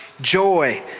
joy